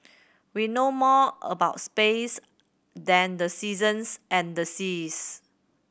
we know more about space than the seasons and the seas